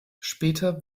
später